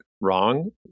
wrong